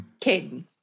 Caden